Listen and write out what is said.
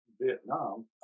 Vietnam